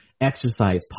exercise